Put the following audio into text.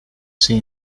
see